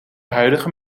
huidige